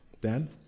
Dan